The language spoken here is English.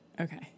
Okay